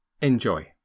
Enjoy